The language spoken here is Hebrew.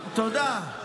תודה.